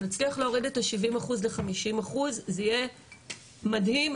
אם נצליח להוריד את ה70% ל50% זה יהיה מדהים,